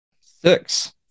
Six